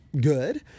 good